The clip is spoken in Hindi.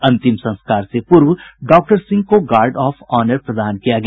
अंतिम संस्कार से पूर्व डॉक्टर सिंह को गार्ड ऑफ ऑनर प्रदान किया गया